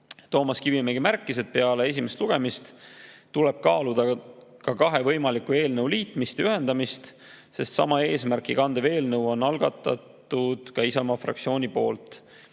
Toomas Kivimägi märkis, et peale esimest lugemist tuleb kaaluda kahe võimaliku eelnõu liitmist ja ühendamist, sest sama eesmärki kandev eelnõu on algatatud ka Isamaa fraktsiooni poolt